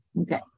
Okay